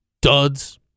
duds